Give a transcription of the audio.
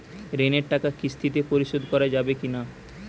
ঋণের টাকা কিস্তিতে পরিশোধ করা যাবে কি না?